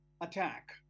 attack